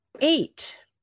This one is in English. eight